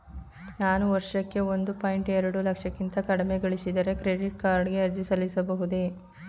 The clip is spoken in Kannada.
ನಾನು ವರ್ಷಕ್ಕೆ ಒಂದು ಪಾಯಿಂಟ್ ಎರಡು ಲಕ್ಷಕ್ಕಿಂತ ಕಡಿಮೆ ಗಳಿಸಿದರೆ ಕ್ರೆಡಿಟ್ ಕಾರ್ಡ್ ಗೆ ಅರ್ಜಿ ಸಲ್ಲಿಸಬಹುದೇ?